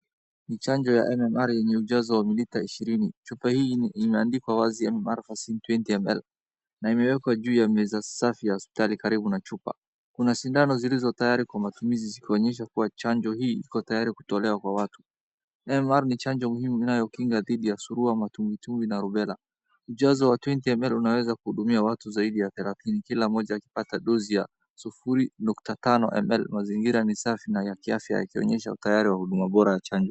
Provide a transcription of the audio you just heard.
Ni chanjo wa MMR yenye ujazo wa mililita ishirini. Chupa hii imeandikwa wazi MMR vaccine 20ml na imewekwa juu ya meza ya hospitali karibu na chupa, kuna sindano zilizo tayari kwa matumizi zikionyeha kuwa chanjo hii iko tayari kutolewa kwa watu. MMR ni chanjo muhimu inayokinga dhidi ya suruwa au matumbitumbi na rubela, mjazo wa 20ml unaweza kuhudumia watu zaidi ya thelathini kila mmoja akipata dozi ya sufuri nukta tano ml. Mazingira ni ya safi na ya kiafya yakionyesha utayari wa huduma bora na chanjo.